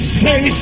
say